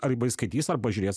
arba jis skaitys arba žiūrės